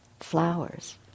Flowers